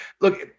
look